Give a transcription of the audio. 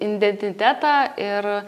identitetą ir